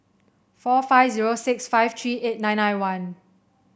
four five zero six five three eight nine nine one